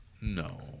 no